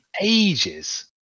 ages